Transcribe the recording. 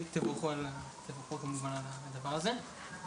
כמובן, תבורכו על הדבר הזה.